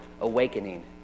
awakening